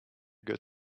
good